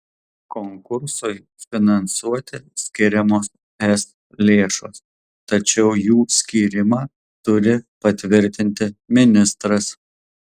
konkursui finansuoti skiriamos es lėšos tačiau jų skyrimą turi patvirtinti ministras